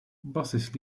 buses